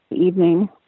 evening